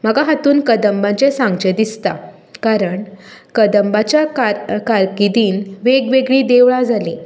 म्हाका हातून कदंबांचें सांगचें दिसता कारण कदंबाच्या कारकिर्दींत वेगवेगळीं देवळां जालीं